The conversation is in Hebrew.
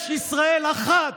יש ישראל אחת,